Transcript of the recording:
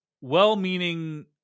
well-meaning